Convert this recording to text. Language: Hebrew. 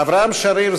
אברהם שריר,